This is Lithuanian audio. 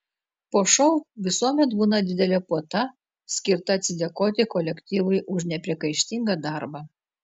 po šou visuomet būna didelė puota skirta atsidėkoti kolektyvui už nepriekaištingą darbą